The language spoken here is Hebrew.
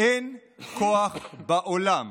"אין כוח בעולם